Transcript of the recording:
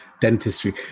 dentistry